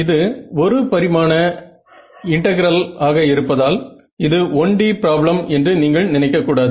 இது ஒரு பரிமாண இன்டெகிரல் ஆக இருப்பதால் இது 1D பிராப்ளம் என்று நீங்கள் நினைக்கக் கூடாது